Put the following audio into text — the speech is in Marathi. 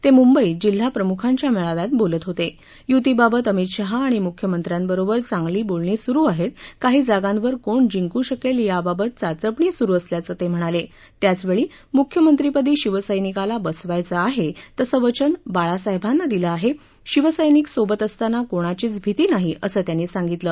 तमुंबईत जिल्हाप्रमुखांच्या मळीव्यात बोलत होत मुतीबाबत अमित शहा आणि मुख्यमंत्र्यांबरोबर चांगली बोलणी सुरु आहप्त काही जागांवर कोण जिंकू शकले याबाबत चाचपणी सुरु असल्याचं तक्तिणाल उयाचवळी मुख्यमंत्रीपदी शिवसैनिकाला बसवायचं आहा विसं वचन बाळासाहक्तीना दिलं आहाशिवसैनिक सोबत असताना कोणाचीच भिती नाही असं त्यांनी सांगितलं